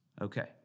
okay